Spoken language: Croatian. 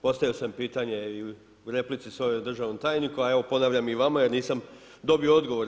Postavio sam pitanje i u replici svojoj državnom tajniku, a evo, ponavljam i vama, jer nisam dobio odgovor.